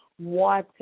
water